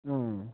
अँ